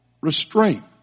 restraint